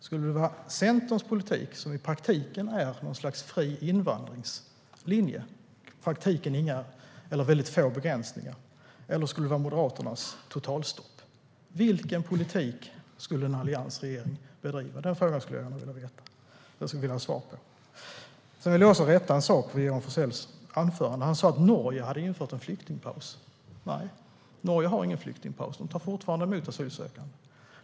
Skulle det vara Centerns politik, som i praktiken är något slags fri invandringslinje med väldigt få begränsningar, eller skulle det vara Moderaternas totalstopp? Vilken politik skulle en alliansregering bedriva? Den frågan skulle jag gärna vilja ha svar på. Sedan vill jag också rätta en sak i Johan Forssells anförande. Han sa att Norge hade infört en flyktingpaus. Nej, Norge har ingen flyktingpaus. Man tar fortfarande emot asylsökande.